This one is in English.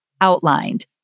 outlined